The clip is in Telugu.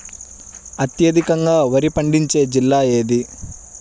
అత్యధికంగా వరి పండించే జిల్లా ఏది?